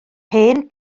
hen